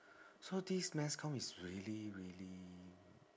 so this mass com is really really